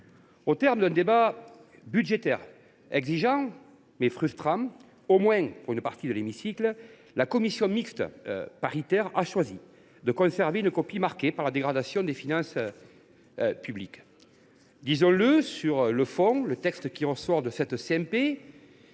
Au terme d’un débat budgétaire exigeant, mais frustrant, au moins pour une partie de l’hémicycle, la commission mixte paritaire a choisi de conserver une copie marquée par la dégradation des finances publiques. Disons le, sur le fond, le texte qui ressort de cette CMP